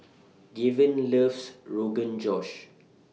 Gaven loves Rogan Josh